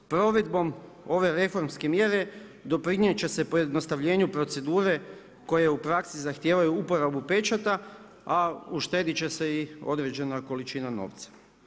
Provedbom ove reformske mjere doprinijet će se pojednostavljenju procedure koje u praksi zahtijevaju uporabu pečata, a u štedit će se i određena količina novca.